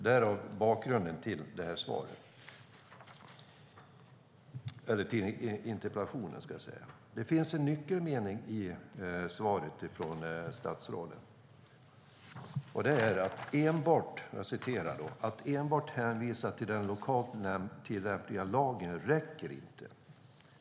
Det är bakgrunden till interpellationen. Det finns några nyckelmeningar i svaret från statsrådet: "Att enbart hänvisa till den lokalt tillämpliga lagen räcker inte.